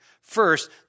First